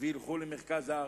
וילכו למרכז הארץ,